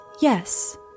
yes